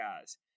guys